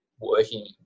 working